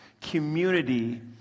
Community